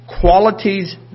qualities